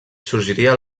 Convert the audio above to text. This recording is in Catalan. sorgiria